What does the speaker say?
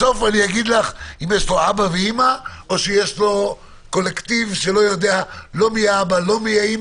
בסוף אומר לך אם יש אבא ואימא או אם יש קולקטיב שלא יודע מי האחראים.